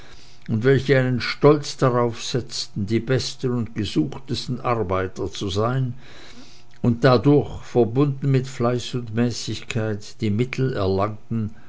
und welche einen stolz darauf setzten die besten und gesuchtesten arbeiter zu sein und dadurch verbunden mit fleiß und mäßigkeit die mittel erlangten